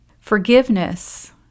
Forgiveness